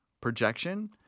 projection